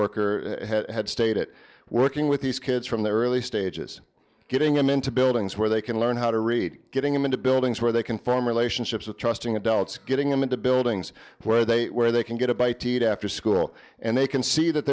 worker had stayed it working with these kids from the early stages getting them into buildings where they can learn how to read getting them into buildings where they can form relationships with trusting adults getting them into buildings where they where they can get a bite to eat after school and they can see that